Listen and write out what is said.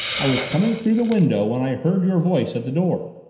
i was coming through the window when i heard your voice at the door!